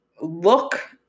look